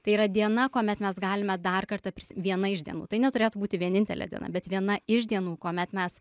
tai yra diena kuomet mes galime dar kartą viena iš dienų tai neturėtų būti vienintelė diena bet viena iš dienų kuomet mes